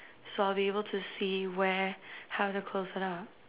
so I'll be able to see where how to close it up